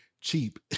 cheap